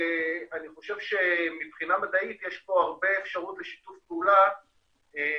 ואני חושב שמבחינה מדעית יש פה הרבה אפשרות לשיתוף פעלה עם